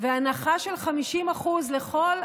הנחה של 50% לכל,